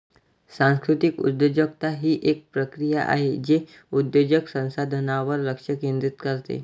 सांस्कृतिक उद्योजकता ही एक प्रक्रिया आहे जे उद्योजक संसाधनांवर लक्ष केंद्रित करते